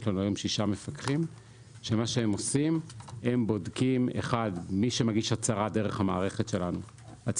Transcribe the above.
יש לנו היום שישה מפקחים שבודקים באופן רנדומלי את